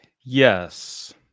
Yes